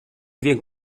wiek